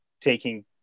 taking